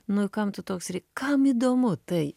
nu kam tu toks kam įdomu tai